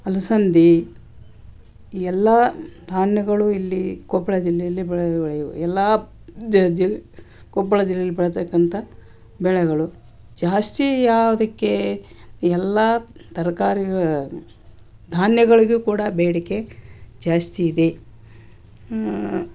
ಅಲಸಂದೆ ಎಲ್ಲ ಧಾನ್ಯಗಳೂ ಇಲ್ಲಿ ಕೊಪ್ಪಳ ಜಿಲ್ಲೆಯಲ್ಲಿ ಬೆಳೆದು ಬೆಳೆಯುವ ಎಲ್ಲ ಜಲ್ ಜಿಲ್ ಕೊಪ್ಪಳ ಜಿಲ್ಲೇಲಿ ಬೆಳೆತಕ್ಕಂಥ ಬೆಳೆಗಳು ಜಾಸ್ತಿ ಯಾವುದಕ್ಕೆ ಎಲ್ಲ ತರಕಾರಿಗಳನ್ನು ಧಾನ್ಯಗಳಿಗೂ ಕೂಡ ಬೇಡಿಕೆ ಜಾಸ್ತಿ ಇದೆ